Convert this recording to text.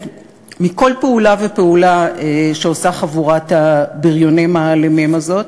מכל פעולה ופעולה שעושה חבורת הבריונים האלימים הזאת.